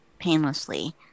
painlessly